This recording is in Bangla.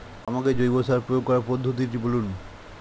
আমাকে জৈব সার প্রয়োগ করার পদ্ধতিটি বলুন?